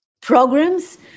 programs